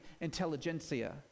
intelligentsia